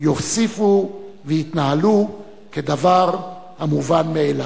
יוסיפו ויתנהלו כדבר המובן מאליו.